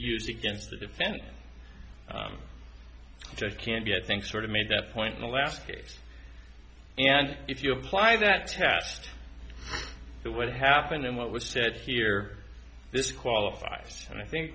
use against the defendant can be i think sort of made that point in the last case and if you apply that test to what happened and what was said here this qualifies and i think